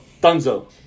Dunzo